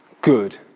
good